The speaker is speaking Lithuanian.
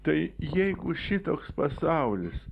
tai jeigu šitoks pasaulis